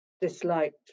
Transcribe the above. disliked